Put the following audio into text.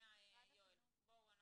אני